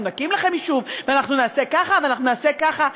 נקים לכם יישוב ואנחנו נעשה ככה ונעשה ככה.